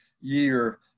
year